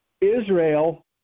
Israel